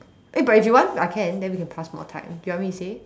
eh but if you want I can then we can pass more time do you want me to say